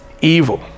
Evil